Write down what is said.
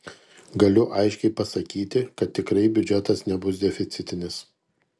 galiu aiškiai pasakyti kad tikrai biudžetas nebus deficitinis